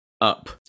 up